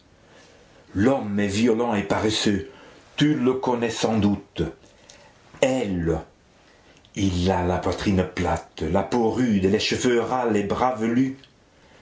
l'homme est violent et paresseux tu le connais sans doute hais le il a la poitrine plate la peau rude les cheveux ras les bras velus